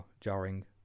jarring